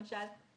למשל,